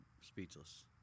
speechless